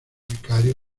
vicario